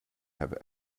have